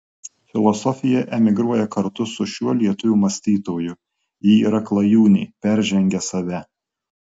filosofija emigruoja kartu su šiuo lietuvių mąstytoju ji yra klajūnė peržengia save